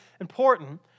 important